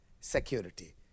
security